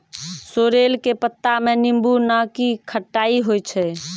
sorrel के पत्ता मॅ नींबू नाकी खट्टाई होय छै